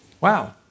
Wow